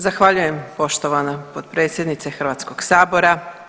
Zahvaljujem poštovana potpredsjednice Hrvatskog sabora.